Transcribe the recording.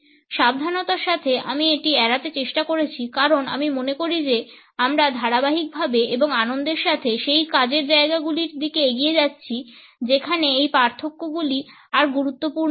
সাবধানতার সাথে আমি এটি এড়াতে চেষ্টা করেছি কারণ আমি মনে করি যে আমরা ধারাবাহিকভাবে এবং আনন্দের সাথে সেই কাজের জায়গাগুলির দিকে এগিয়ে যাচ্ছি যেখানে এই পার্থক্যগুলি আর গুরুত্বপূর্ণ নয়